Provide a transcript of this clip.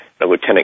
Lieutenant